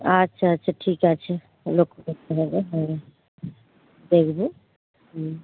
আচ্ছা আচ্ছা ঠিক আছে দেখবো হুম